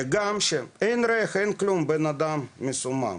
שגם אין ריח, אין כלום ובין אדם מסומם.